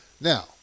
Now